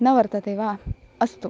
न वर्तते वा अस्तु